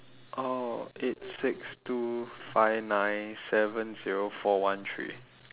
oh eight six two five nine seven zero four one three